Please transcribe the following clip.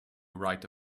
write